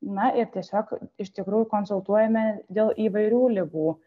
na ir tiesiog iš tikrųjų konsultuojame dėl įvairių ligų